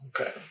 Okay